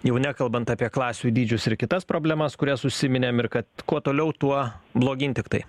jau nekalbant apie klasių dydžius ir kitas problemas kurias užsiminėm ir kad kuo toliau tuo blogyn tiktai